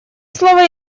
слово